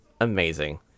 amazing